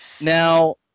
now